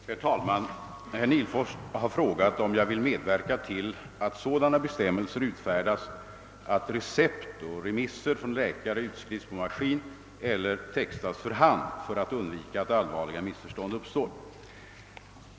Herr talman! Herr Nihlfors har frågat, om jag vill medverka till att sådana bestämmelser utfärdas, att recept och remisser från läkare utskrivs på maskin eller textas för hand för att undvika att allvarliga missförstånd uppstår.